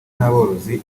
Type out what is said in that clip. n’aborozi